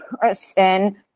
person